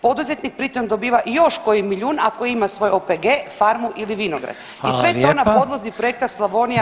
Poduzetnik pri tom dobiva i još koji milijun ako ima svoj OPG, farmu ili vinograd [[Upadica: Hvala lijepa.]] i sve to na podlozi Projekta Slavonija,